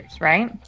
Right